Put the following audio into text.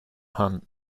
hunt